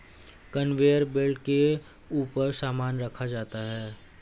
conveyor belt के ऊपर सामान रखा जाता है